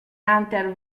hunter